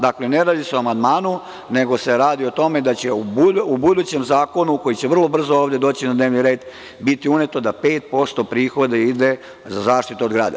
Dakle, ne radi se o amandmanu, nego se radi o tome da će u budućem zakonu, koji će vrlo brzo doći na dnevni red, biti uneto da 5% prihoda ide za zaštitu od grada.